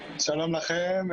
שלום לכם.